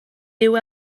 dyw